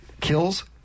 kills